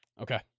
Okay